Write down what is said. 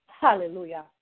Hallelujah